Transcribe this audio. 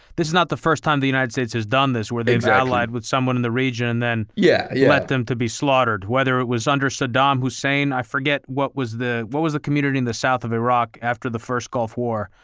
this is not the first time the united states has done this where they've allied with someone in the region and then yeah yeah let them to be slaughtered, whether it was under saddam hussein, i forget what was the, what was the community in the south of iraq after the first gulf war?